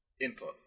input